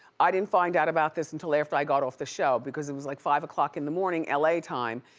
i didn't find out about this until after i got off the show, because it was like, five o'clock in the morning, la time,